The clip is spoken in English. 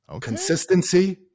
Consistency